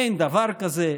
אין דבר כזה,